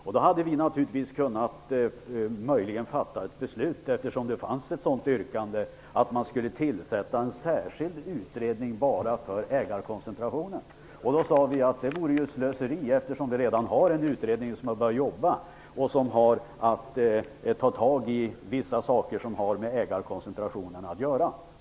Vi hade då möjligen kunnat fatta ett beslut, eftersom det fanns ett yrkande om att en särskild utredning skulle tillsättas bara för att studera ägarkoncentrationen. Vi sade emellertid att det vore slöseri, eftersom en utredning redan har börjat jobba och denna har att ta tag i vissa saker som har med ägarkoncentrationen att göra.